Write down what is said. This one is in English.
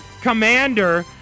commander